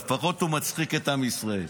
לפחות הוא מצחיק את עם ישראל.